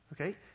okay